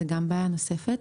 זו בעיה נוספת,